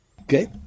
Okay